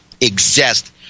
exist